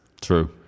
True